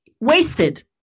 Wasted